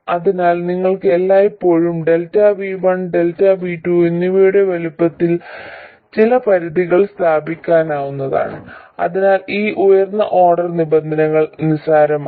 അതിനാൽ നിങ്ങൾക്ക് എല്ലായ്പ്പോഴും ΔV1 ΔV2 എന്നിവയുടെ വലുപ്പത്തിൽ ചില പരിധികൾ സ്ഥാപിക്കാവുന്നതാണ് അതിനാൽ ഈ ഉയർന്ന ഓർഡർ നിബന്ധനകൾ നിസ്സാരമാണ്